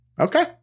okay